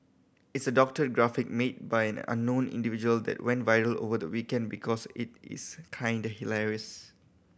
it's a doctored graphic made by an unknown individual that went viral over the weekend because it is kinda hilarious